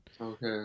Okay